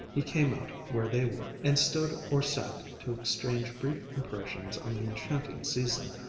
he came out where they were, and stood or sat to exchange brief impressions on the enchanting season,